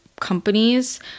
companies